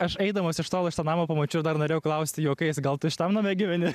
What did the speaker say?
aš eidamas iš tolo šitą namą pamačiau dar norėjau klausti juokais gal tu šitame name gyveni